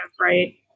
right